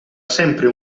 sempre